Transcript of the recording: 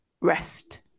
rest